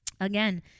again